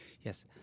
Yes